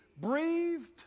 Breathed